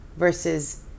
versus